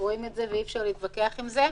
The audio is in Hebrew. רואים את זה ואי אפשר להתווכח עם זה.